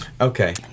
Okay